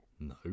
No